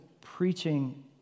preaching